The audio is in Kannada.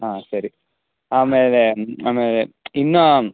ಹಾಂ ಸರಿ ಆಮೇಲೆ ಆಮೇಲೆ ಇನ್ನೂ